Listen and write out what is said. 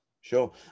Sure